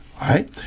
Right